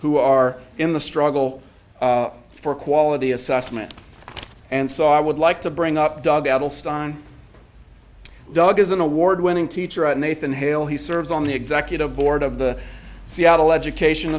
who are in the struggle for quality assessment and saw i would like to bring up doug edelstein doug is an award winning teacher at nathan hale he serves on the executive board of the seattle education